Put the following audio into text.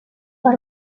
per